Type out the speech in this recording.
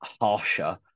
Harsher